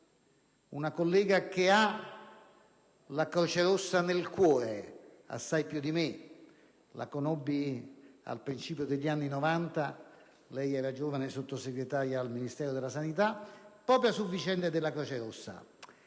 una collega che ha la Croce Rossa nel cuore, assai più di me. La conobbi al principio degli anni '90 - lei era giovane sottosegretaria al Ministero della sanità - proprio per vicende riguardanti la Croce Rossa.